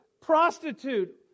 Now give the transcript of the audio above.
prostitute